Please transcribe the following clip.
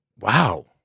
wow